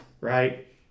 right